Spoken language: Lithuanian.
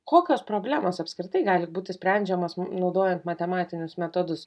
kokios problemos apskritai gali būti sprendžiamos naudojant matematinius metodus